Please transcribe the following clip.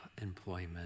employment